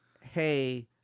hey